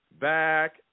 back